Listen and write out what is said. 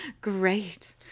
great